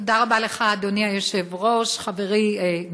תודה רבה לך, אדוני היושב-ראש, חברי, נכבדי,